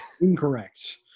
Incorrect